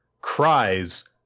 cries